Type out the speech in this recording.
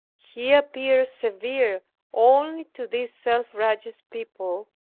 he appears severe only to these self-righteous people,